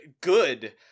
good